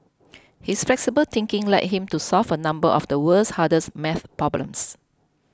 his flexible thinking led him to solve a number of the world's hardest math problems